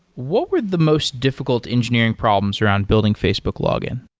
what were the most difficult engineering problems around building facebook login?